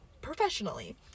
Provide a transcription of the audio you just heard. professionally